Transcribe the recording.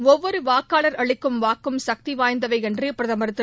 ஒவ்வொரு வாக்களர் அளிக்கும் வாக்கும் சக்திவாய்ந்தவை என்று பிரதமர் திரு